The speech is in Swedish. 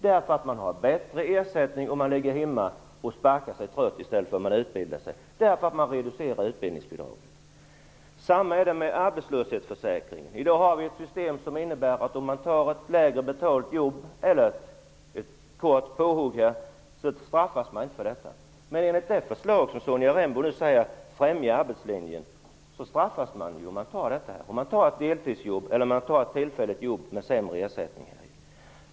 De får bättre ersättning om de ligger hemma och sparkar sig trötta än om de utbildar sig, eftersom utbildningsbidraget är reducerat. Detsamma gäller för arbetslöshetsförsäkringen. I dag har vi ett system som innebär att om man tar ett lägre betalt jobb eller ett kort påhugg, så straffas man inte. Men med det förslag som Sonja Rembo säger främjar arbetslinjen, straffas man om man tar ett deltidsjobb eller ett tillfälligt jobb med sämre ersättning.